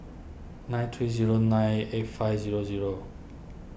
nine three zero nine eight five zero zero